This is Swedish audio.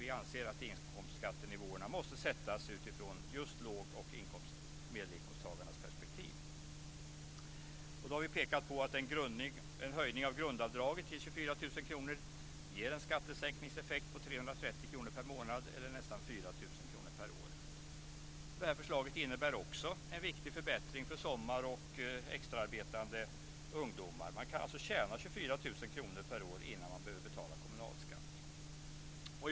Vi anser att inkomstskattenivåerna måste sättas utifrån just låg och medelinkomsttagarnas perspektiv. Vi har pekat på att en höjning av grundavdraget till 24 000 kr ger en skattesänkningseffekt på 330 kr per månad eller nästan 4 000 kr per år. Detta förslag innebär också en viktig förbättring för sommar och extraarbetande ungdomar. Man kan alltså tjäna 24 000 kr per år innan man behöver betala kommunalskatt.